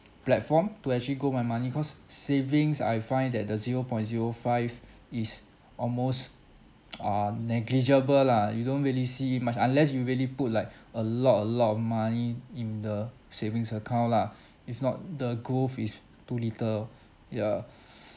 platform to actually grow my money cause savings I find that the zero point zero five is almost uh negligible lah you don't really see much unless you really put like a lot a lot of money in the savings account lah if not the growth is too little ya